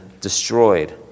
destroyed